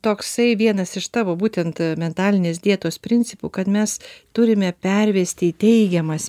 toksai vienas iš tavo būtent mentalinės dietos principų kad mes turime pervesti į teigiamas